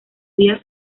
vía